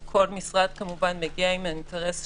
וכל חברי הוועדה כאן מכל הסיעות אמרו שצריך להחריג טייק אווי,